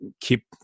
keep